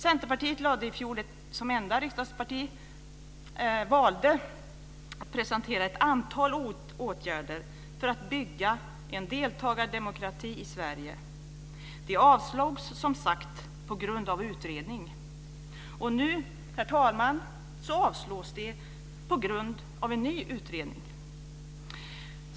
Centerpartiet valde i fjol som enda riksdagsparti att presentera ett antal åtgärder för att bygga en deltagardemokrati i Sverige. Det avslogs som sagt på grund av utredning. Och nu, herr talman, så avslås det på grund av en ny utredning.